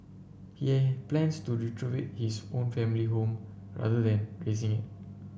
he plans to retrofit his own family home rather than razing it